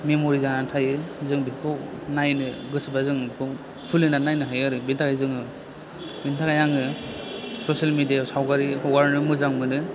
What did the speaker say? memory जानानै थायो जों बेखौ नायनो गोसोबा जों खुलिनानै नायनो हायो आरो बेनि थाखाय जोङो बेनि थाखाय आङो ससियेल मेदिया याव सावगारि हगारनो मोजां मोनो